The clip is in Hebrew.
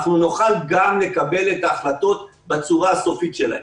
נוכל גם לקבל את ההחלטות בצורה הסופית שלהן.